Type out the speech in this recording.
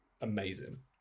amazing